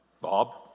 Bob